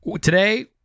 today